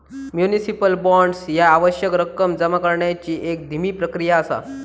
municipal bonds ह्या आवश्यक रक्कम जमा करण्याची एक धीमी प्रक्रिया असा